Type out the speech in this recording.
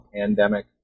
pandemic